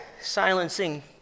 silencing